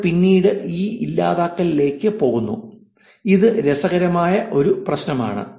നമ്മൾ പിന്നീട് ഈ ഇല്ലാതാക്കലിലേക്ക് പോകുന്നു ഇത് രസകരമായ ഒരു പ്രശ്നമാണ്